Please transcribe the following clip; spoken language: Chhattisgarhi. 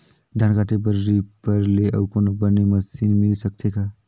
धान काटे बर रीपर ले अउ कोनो बने मशीन मिल सकथे का?